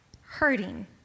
hurting